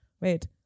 wait